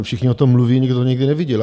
Všichni o tom mluví, nikdo ho nikdy neviděl.